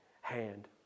hand